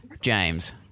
James